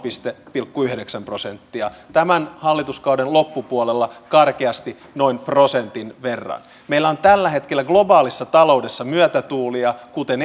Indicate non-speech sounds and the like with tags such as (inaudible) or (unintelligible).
pilkku yhdeksän prosenttia tämän hallituskauden loppupuolella karkeasti noin prosentin verran meillä on tällä hetkellä globaalissa taloudessa myötätuulia kuten (unintelligible)